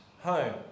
home